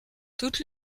toutes